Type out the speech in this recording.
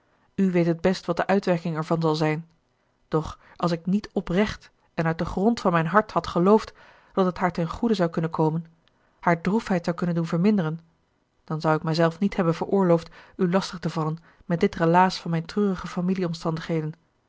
u weet het best wat de uitwerking ervan zal zijn doch als ik niet oprecht en uit den grond van mijn hart had geloofd dat het haar ten goede zou kunnen komen haar droefheid zou kunnen doen verminderen dan zou ik mijzelf niet hebben veroorloofd u lastig te vallen met dit relaas van mijn treurige